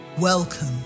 Welcome